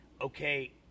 okay